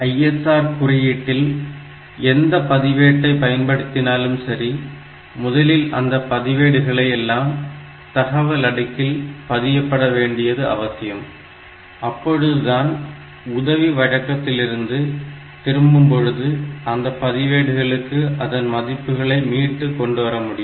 ISR குறியீட்டில் எந்த பதிவேட்டை பயன்படுத்தினாலும் சரி முதலில் அந்த பதிவேடுகளை எல்லாம் தகவல் அடுக்கில் பதியப்பட வேண்டியது அவசியம் அப்பொழுதுதான் உதவி வழக்கத்திலிருந்து திரும்பும்பொழுது அந்த பதிவேடுகளுக்கு அதன் மதிப்புகளை மீட்டு கொண்டு வர முடியும்